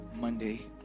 Monday